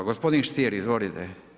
Gospodin Stier, izvolite.